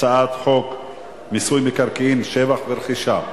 הצעת חוק מיסוי מקרקעין (שבח רכישה)